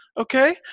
Okay